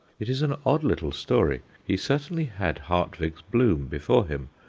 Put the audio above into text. it is an odd little story. he certainly had hartweg's bloom before him,